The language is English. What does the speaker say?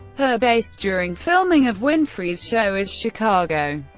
her base during filming of winfrey's show is chicago.